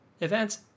events